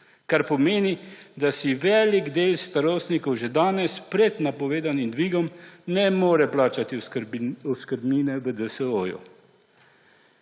kar pomeni, da si velik del starostnikov že danes, pred napovedanim dvigom, ne more plačati oskrbnine v DSO-ju.